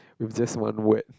it was just one word